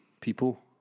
people